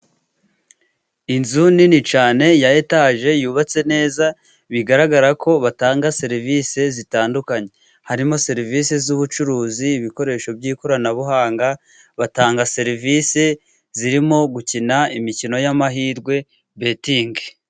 Inzu nini cyane ya etaje yubatse neza， bigaragara ko batanga serivisi zitandukanye， harimo serivisi z'ubucuruzi， ibikoresho by'ikoranabuhanga， batanga serivisi zirimo gukina imikino y'amahirwe， "betingi".